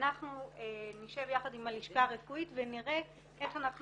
ואנחנו נשב יחד עם הלשכה הרפואית ונראה איך אנחנו